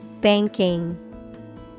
Banking